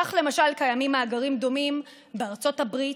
כך למשל קיימים מאגרים דומים בארצות הברית,